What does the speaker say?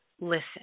listen